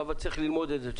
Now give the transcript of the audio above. אבל צריך ללמוד את זה,